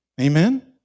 Amen